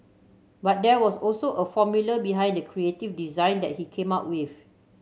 but there was also a formula behind the creative design that he came up with